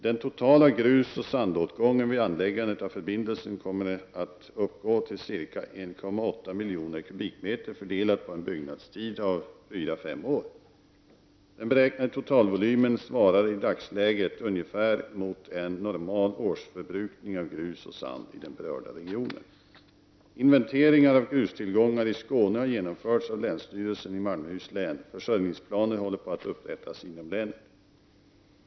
Den totala grusoch sandåtgången vid anläggandet av förbindelsen kommer att uppgå till ca 1,8 miljoner kubikmeter under en byggnadstid av fyra fem år. Den beräknade totalvolymen svarar i dagsläget ungefär mot en normal årsförbrukning av grus och sand i den berörda regionen. Inventeringar av grustillgångar i Skåne har genomförts av länsstyrelsen i Malmöhus län. Försörjningsplaner håller på att upprättas inom länet.